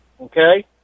okay